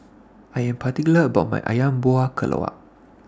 I Am particular about My Ayam Buah Keluak